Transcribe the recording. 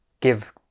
give